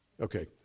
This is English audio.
Okay